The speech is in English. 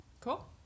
Cool